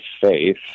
faith